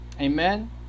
Amen